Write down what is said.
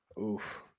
Oof